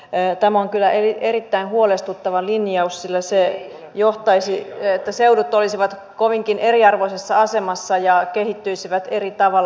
tämä on kyllä erittäin huolestuttava linjaus sillä se johtaisi siihen että seudut olisivat kovinkin eriarvoisessa asemassa ja kehittyisivät eri tavalla